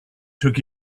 took